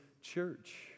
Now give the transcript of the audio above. church